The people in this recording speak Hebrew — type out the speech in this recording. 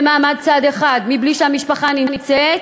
במעמד צד אחד, בלי שהמשפחה נמצאת,